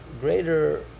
greater